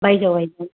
बायजोयाव गायगोन